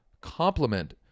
complement